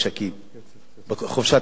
בחופשת הקיץ, בתור נער.